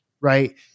right